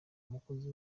mukozi